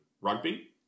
rugby